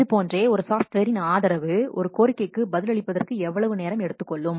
இதுபோன்றே ஒரு சாஃப்ட்வேரின் ஆதரவு ஒரு கோரிக்கைக்கு பதில் அளிப்பதற்கு எவ்வளவு நேரம் எடுத்துக் கொள்ளும்